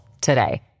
today